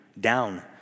down